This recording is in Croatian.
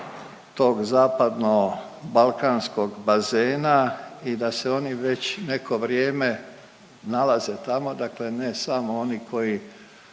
tog zapadnobalkanskog bazena i da se oni već neko vrijeme nalaze tamo, dakle ne samo oni koji